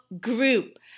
group